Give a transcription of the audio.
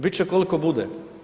Bit će koliko bude.